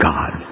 God